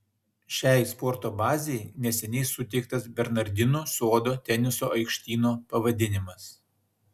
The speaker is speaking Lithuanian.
šiai sporto bazei neseniai suteiktas bernardinų sodo teniso aikštyno pavadinimas